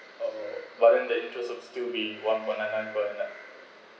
uh but then the interest will still be one point nine nine per annum